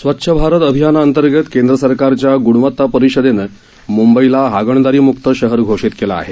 स्वच्छ भारत अभियानांतर्गरत केंद्र सरकारच्या गुणवत्ता परिषदेनं मुंबईला हागणदारी मुक्त शहर घोषित केलं आहे